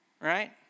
Right